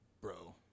Bro